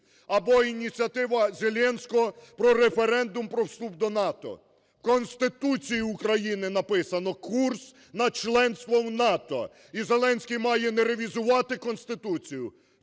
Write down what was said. Або ініціатива Зеленського про референдум про вступ до НАТО. В Конституції України написано: курс на членство в НАТО. І Зеленський має не ревізувати Конституцію